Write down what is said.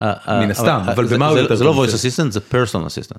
מן הסתם, אבל במהות הזה זה לא ווייס אסיסטנט זה פרסונל אסיסטנט.